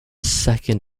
second